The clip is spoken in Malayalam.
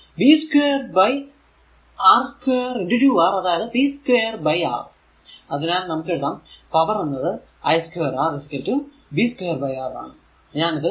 അപ്പോൾ v2 R2 2 R അതായതു v2 R അതിനാൽ നമുക്കെഴുതാം പവർ എന്നത് i2 R v2R ആണ്